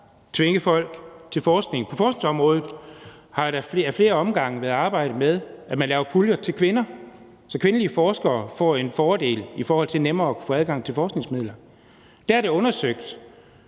tvinge folk til forskning. På forskningsområdet har der ad flere omgange været arbejdet med, at man laver puljer til kvinder, så kvindelige forskere får en fordel i forhold til nemmere at kunne få adgang til forskningsmidler. Der er det undersøgt,